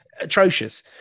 Atrocious